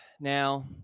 now